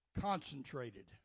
Concentrated